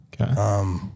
Okay